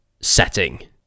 setting